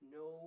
no